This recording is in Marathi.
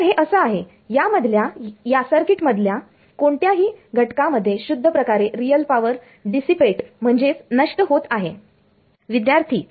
तर हे असं आहे यामधल्या या सर्किट मधल्या कोणत्या घटकामध्ये शुद्ध प्रकारे रियल पावर डीसीपेटdissipate नष्ट होत आहे